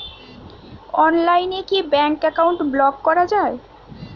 অনলাইনে কি bank account block করা য়ায়?